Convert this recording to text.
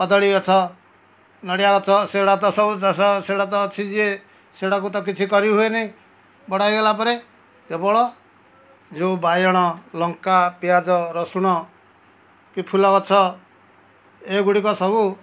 କଦଳୀ ଗଛ ନଡ଼ିଆ ଗଛ ସେଗୁଡ଼ାକ ତ ସବୁ ଚାଷ ସେଗୁଡ଼ାକ ତ ଅଛି ଯିଏ ସେଗୁଡ଼ାକୁ ତ କିଛି କରିହୁଏ ନେଇଁ ବଡ଼ ହୋଇଗଲାପରେ କେବଳ ଯେଉଁ ବାଇଗଣ ଲଙ୍କା ପିଆଜ ରସୁଣ କି ଫୁଲଗଛ ଏଗୁଡ଼ିକ ସବୁ